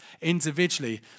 individually